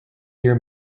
year